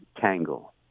tangle